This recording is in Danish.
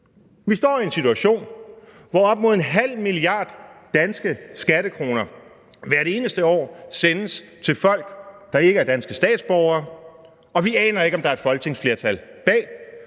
Vi står i en situation, hvor op imod en halv milliard danske skattekroner hvert eneste år sendes til folk, der ikke er danske statsborgere, og vi aner ikke, om der er et folketingsflertal bag,